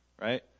right